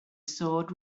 sword